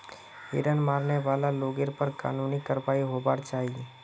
हिरन मारने वाला लोगेर पर कानूनी कारवाई होबार चाई